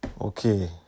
Okay